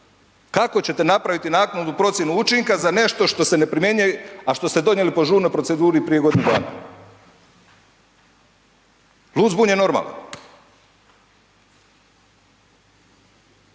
Kako ćete napraviti naknadnu procjenu učinka za nešto što se ne primjenjuje, a što ste donijeli po žurnoj proceduri prije godinu dana. Lud, zbunjen, normalan.